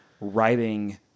Writing